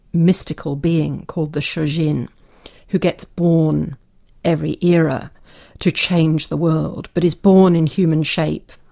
mystical being called the shojin who gets born every era to change the world, but is born in human shape,